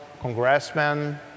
congressmen